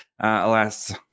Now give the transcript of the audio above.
alas